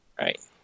right